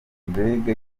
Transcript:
mbega